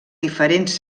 diferents